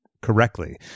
correctly